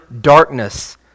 darkness